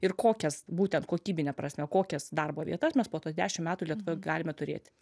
ir kokias būtent kokybine prasme kokias darbo vietas mes po to dešimt metų lietuvoje galime turėti